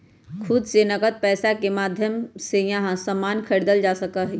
खुद से नकद पैसा के माध्यम से यहां सामान खरीदल जा सका हई